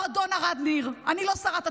אדון ערד ניר: אני לא שרת התקשורת,